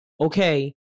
okay